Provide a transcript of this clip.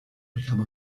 become